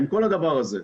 כל הדבר הזה.